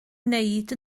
wneud